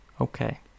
Okay